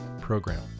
Program